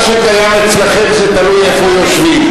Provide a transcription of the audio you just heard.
מה שקיים אצלכם זה תלוי איפה יושבים.